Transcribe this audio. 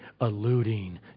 alluding